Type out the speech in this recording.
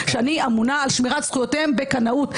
שאני אמונה על שמירת זכויותיהם בקנאות.